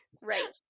Right